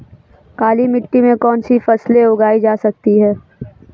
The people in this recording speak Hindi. काली मिट्टी में कौनसी फसलें उगाई जा सकती हैं?